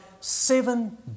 seven